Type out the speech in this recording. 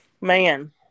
Man